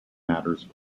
matters